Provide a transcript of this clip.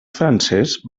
francès